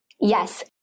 Yes